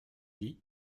dit